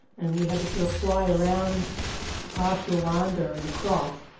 and we had to sort of fly around past rwanda and across.